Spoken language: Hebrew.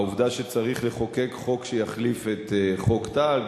העובדה שצריך לחוקק חוק שיחליף את חוק טל,